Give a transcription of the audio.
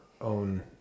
own